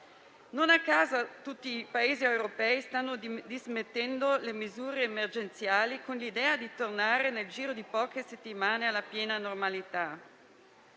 Non a caso tutti i Paesi europei stanno dismettendo le misure emergenziali, con l'idea di tornare, nel giro di poche settimane, alla piena normalità.